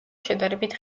შედარებით